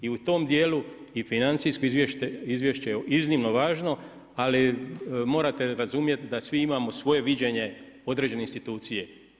I u tom dijelu i financijsko izvješće je iznimno važno, ali morate razumjeti da svi imamo svoje viđenje određene institucije.